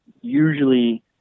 usually